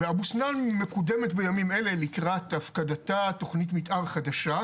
באבו סנאן מקודמת בימים האלה לקראת הפקדתה תכנית מתאר חדשה,